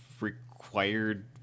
required